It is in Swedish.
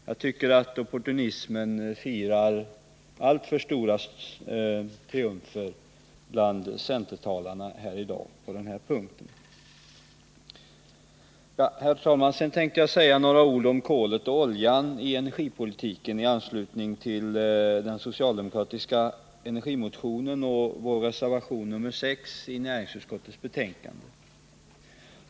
Jag tycker att opportunismen firar alltför stora triumfer bland centertalarna här i dag. Herr talman! Sedan tänkte jag säga några ord om kolet och oljan i energipolitiken i anslutning till den socialdemokratiska energimotionen och vår reservation 6 vid näringsutskottets betänkande.